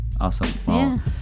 Awesome